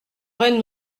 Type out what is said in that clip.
reine